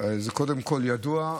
קודם כול, האם ידוע?